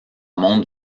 montre